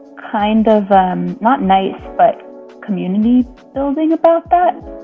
kind of not nice, but community building about that.